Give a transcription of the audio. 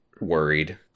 worried